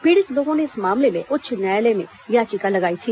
पीड़ित लोगों ने इस मामले में उच्च न्यायालय में याचिका लगाई थी